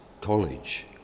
College